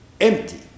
empty